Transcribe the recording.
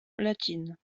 latine